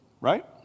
right